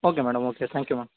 okay madam okay thank you madam